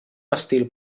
estil